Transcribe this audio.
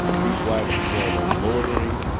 people actually more or less loitering,